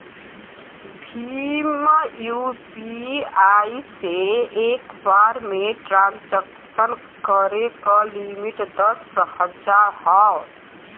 Bhim UPI से एक बार में ट्रांसक्शन करे क लिमिट दस हजार हौ